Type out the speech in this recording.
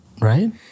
right